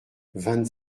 vingt